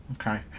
Okay